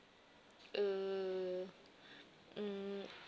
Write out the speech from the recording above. err mm